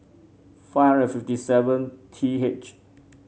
five hundred fifty seven T H